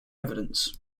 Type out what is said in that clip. evidence